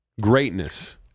greatness